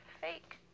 fake